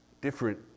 different